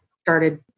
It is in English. started